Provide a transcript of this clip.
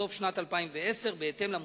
בסוף שנת 2010. בהתאם למוצע,